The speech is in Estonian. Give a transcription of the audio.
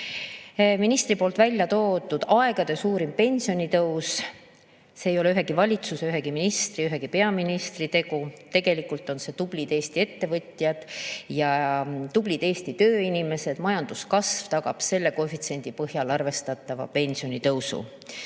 Ministri poolt välja toodud aegade suurim pensionitõus ei ole ühegi valitsuse, ühegi ministri, ühegi peaministri tegu. Tegelikult on see tublide Eesti ettevõtjate ja tublide Eesti tööinimeste [teene], majanduskasv tagab selle koefitsiendi põhjal arvestatava pensionitõusu.